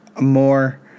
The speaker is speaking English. more